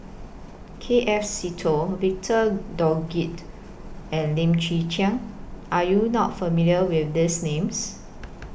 K F Seetoh Victor Doggett and Lim Chwee Chian Are YOU not familiar with These Names